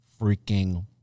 freaking